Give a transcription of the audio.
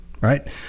Right